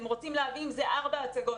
הם רוצים להביא עם זה ארבע הצגות,